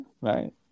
right